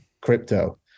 crypto